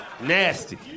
Nasty